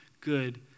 good